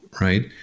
right